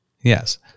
Yes